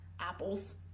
apples